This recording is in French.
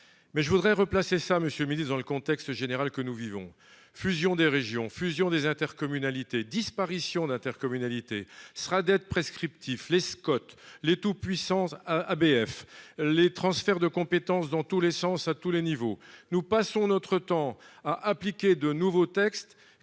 Mais je voudrais replacer ça monsieur le ministre, dans le contexte général que nous vivons. Fusion des régions fusion des intercommunalités disparition d'intercommunalité sera être prescriptif Lescott les tout puissants ABF les transferts de compétences dans tous les sens, à tous les niveaux. Nous passons notre temps à appliquer de nouveau texte